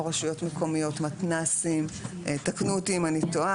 רשויות מקומיות ומתנ"סים תקנו אותי אם אני טועה